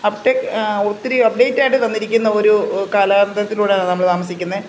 update ഒത്തിരി update ആയിട്ട് തന്നിരിക്കുന്ന ഒരു കാലാന്തരത്തിലൂടെയാണ് നമ്മൾ താമസിക്കുന്നത്